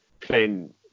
playing